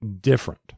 different